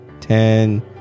Ten